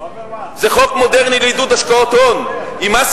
זה חוק מודרני לעידוד השקעות הון עם מס